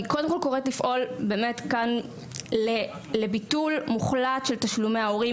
אני קודם כל קוראת כאן לפעול לביטול מוחלט של תשלומי ההורים,